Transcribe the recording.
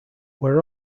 were